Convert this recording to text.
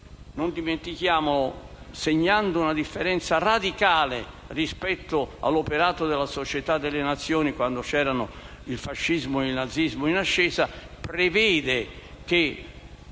non dimentichiamolo, segnando una differenza radicale rispetto all'operato della Società delle Nazioni, quando c'erano il fascismo e il nazismo in ascesa, prevede (è